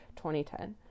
2010